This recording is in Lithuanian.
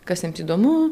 kas jiems įdomu